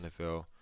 nfl